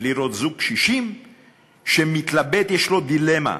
ולראות זוג קשישים שמתלבט, יש לו דילמה: